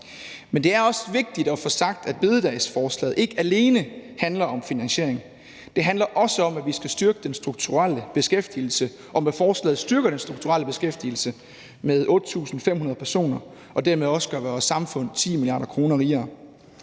men det er også vigtigt at få sagt, at bededagsforslaget ikke alene handler om finansiering. Det handler også om, at vi skal styrke den strukturelle beskæftigelse, og med forslaget styrkes den strukturelle